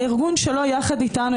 הארגון שלו יחד איתנו,